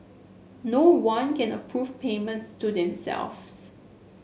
no one can approve payments to themselves